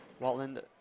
Waltland